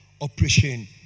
operation